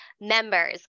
members